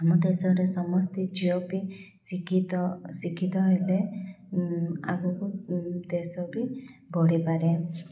ଆମ ଦେଶରେ ସମସ୍ତେ ଝିଅ ବି ଶିକ୍ଷିତ ଶିକ୍ଷିତ ହେଲେ ଆଗକୁ ଦେଶ ବି ବଢ଼ିପାରେ